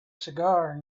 cigar